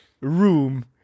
room